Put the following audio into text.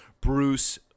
Bruce